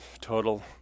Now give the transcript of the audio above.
total